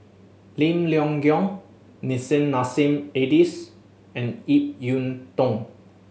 Lim Leong Geok Nissim Nassim Adis and Ip Yiu Tung